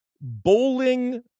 bowling